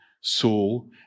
Saul